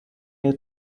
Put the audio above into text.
you